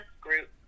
group